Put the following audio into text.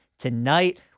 tonight